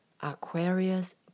Aquarius